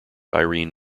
irene